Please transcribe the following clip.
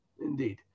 indeed